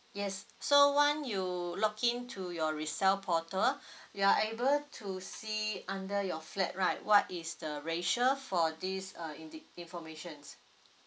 yes so once you logged in to your resale portal you are able to see under your flat right what is the ratio for this uh indi~ information